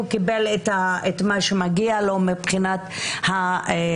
הוא קיבל מה שמגיע לו מבחינת החוק,